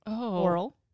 oral